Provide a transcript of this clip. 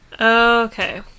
Okay